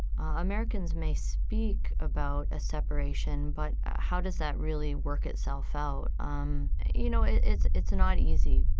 americans may speak about a separation, but how does that really work itself out? um you know it's it's not easy.